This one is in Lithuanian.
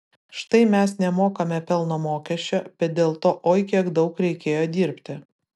štai mes nemokame pelno mokesčio bet dėl to oi kiek daug reikėjo dirbti